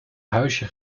huisje